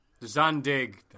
Zandig